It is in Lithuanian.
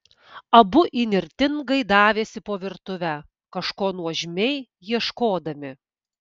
abu įnirtingai davėsi po virtuvę kažko nuožmiai ieškodami